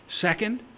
second